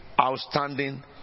outstanding